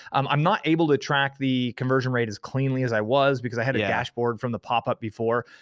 um i'm not able to track the conversion rate as cleanly as i was because i had a yeah dashboard from the popup before,